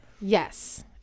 Yes